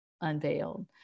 unveiled